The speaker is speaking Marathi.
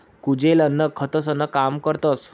कुजेल अन्न खतंसनं काम करतस